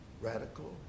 radical